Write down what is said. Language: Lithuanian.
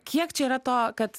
kiek čia yra to kad